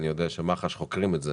אני יודע שמח"ש חוקרים את זה